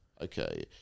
Okay